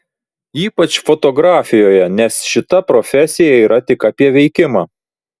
ypač fotografijoje nes šita profesija yra tik apie veikimą